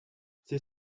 c’est